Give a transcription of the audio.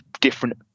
different